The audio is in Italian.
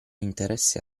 interesse